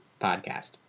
podcast